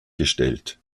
gestellt